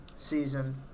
season